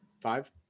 five